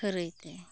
ᱠᱷᱟᱹᱨᱟᱹᱭ ᱛᱮ